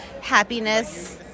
happiness